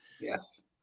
yes